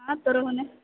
हँ तोरा होने